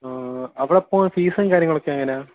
അവിടെപ്പോകാൻ ഫീസും കാര്യങ്ങളുമൊക്കെ എങ്ങനാണ്